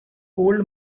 old